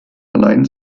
allein